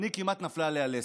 אני, כמעט נפלה לי הלסת.